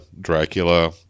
Dracula